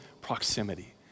proximity